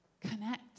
connect